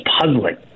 puzzling